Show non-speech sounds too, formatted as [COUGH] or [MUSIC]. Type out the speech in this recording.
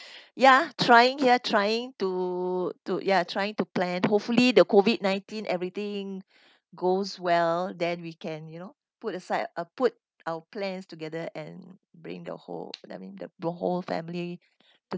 [BREATH] ya trying here trying to to ya trying to plan hopefully the COVID nineteen everything goes well then we can you know put aside uh put our plans together and bring the whole [NOISE] I mean the the whole family to